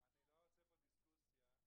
שלדעתו יש לאשר כי הם